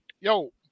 yo